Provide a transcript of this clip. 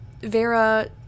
vera